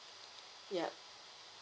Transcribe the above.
yup